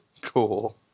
Cool